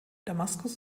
damaskus